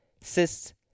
cysts